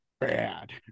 bad